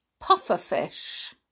pufferfish